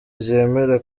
ryemera